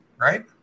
Right